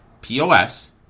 POS